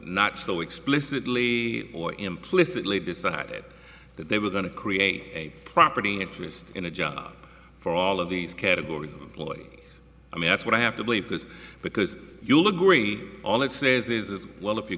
not so explicitly or implicitly decided that they were going to create a property interest in a job for all of these categories of employees i mean that's what i have to believe because because you'll agree all it says is as well if you're